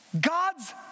God's